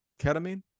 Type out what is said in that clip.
ketamine